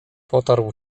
potarł